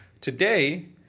today